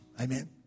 Amen